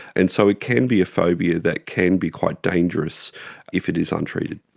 and so it can be a phobia that can be quite dangerous if it is untreated.